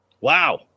Wow